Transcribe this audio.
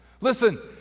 Listen